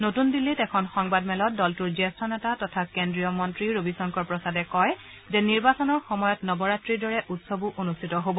নতুন দিল্লীত এখন সংবাদমেলত দলটোৰ জ্যেষ্ঠ নেতা তথা কেন্দ্ৰীয় মন্ত্ৰী ৰবীশংকৰ প্ৰসাদে কয় যে নিৰ্বাচনৰ সময়ত নৱৰাত্ৰিৰ দৰে উৎসৱো অনুষ্ঠিত হ'ব